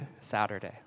Saturday